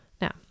Now